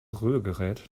rührgerät